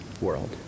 world